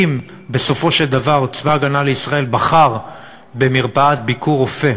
אם בסופו של דבר צבא ההגנה לישראל בחר במרפאת "ביקורופא",